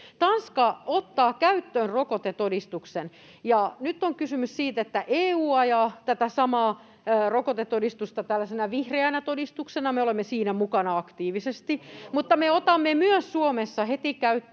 Tanska ottaa käyttöön rokotetodistuksen, ja nyt on kysymys siitä, että EU ajaa tätä samaa rokotetodistusta tällaisena vihreänä todistuksena. Me olemme siinä mukana aktiivisesti, mutta me otamme myös Suomessa heti käyttöön